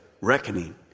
reckoning